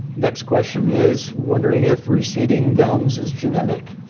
next question is, wondering if receding gums is genetic?